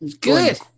Good